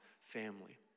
family